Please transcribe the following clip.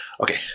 Okay